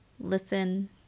listen